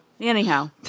anyhow